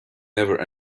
never